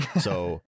So-